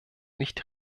nicht